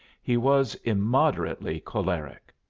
he was immoderately choleric.